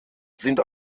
sind